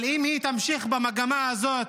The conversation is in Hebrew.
אבל אם היא תמשיך במגמה הזאת,